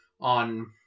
on